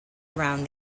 around